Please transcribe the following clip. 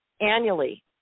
Annually